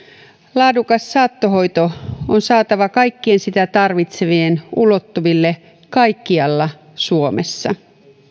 laadukas saattohoito on saatava kaikkien sitä tarvitsevien ulottuville kaikkialla suomessa